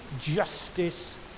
justice